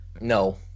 No